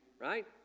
right